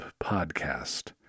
podcast